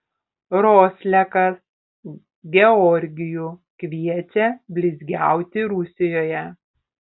roslekas georgijų kviečia blizgiauti rusijoje